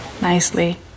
nicely